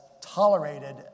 tolerated